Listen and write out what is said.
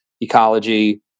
ecology